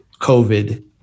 COVID